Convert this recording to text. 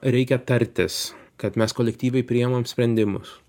reikia tartis kad mes kolektyviai priimam sprendimus